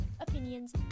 opinions